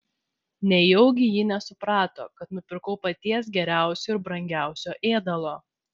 nejaugi ji nesuprato kad nupirkau paties geriausio ir brangiausio ėdalo